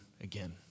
again